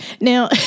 now